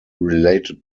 related